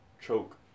choke